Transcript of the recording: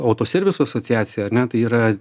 autoservisų asociaciją ar ne tai yra